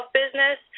business